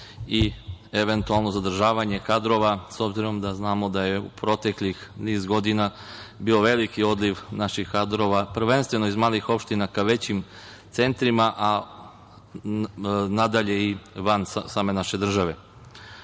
i eventualno zadržavanje kadrova, s obzirom da znamo da je u proteklih niz godina bio veliki odliv naših kadrova, prvenstveno iz malih opština ka većim centrima, a nadalje i van same naše države. Hoću